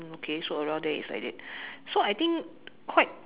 okay so around there is like that so I think quite